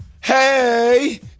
Hey